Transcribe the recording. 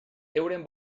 euren